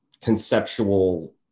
conceptual